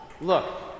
Look